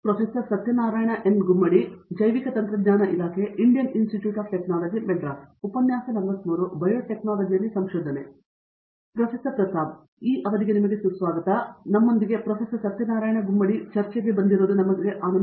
professor Pratap Haridoss hello ನಮ್ಮೊಂದಿಗೆ professor Satyanarayana Gummadi ಚರ್ಚೆಗೆ ಹೊಂದಿರುವುದು ನಮಗೆ ಆನಂದ